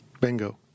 Bingo